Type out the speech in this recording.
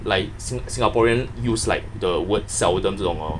like sing~ singaporean use like the word seldom 这种 hor